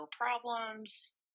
problems